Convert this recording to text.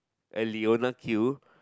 a Leona Q